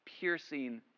piercing